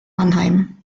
mannheim